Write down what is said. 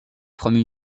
forment